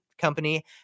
company